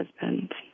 husband